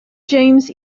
james